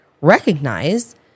recognize